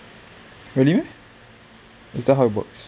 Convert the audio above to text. what you mean it's the how it works